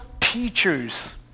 teachers